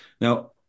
Now